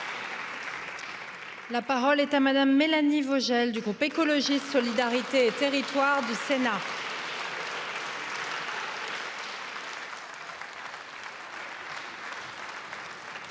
La parole est à Mᵐᵉ Mélanie Vogel, du groupe Écologie, Solidarité et Territoire du Sénat.